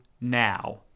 now